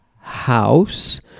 house